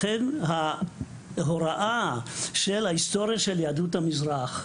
לכן, ההוראה של ההיסטוריה של יהדות המזרח,